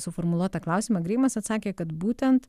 suformuluotą klausimą greimas atsakė kad būtent